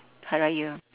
hari-raya